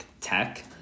tech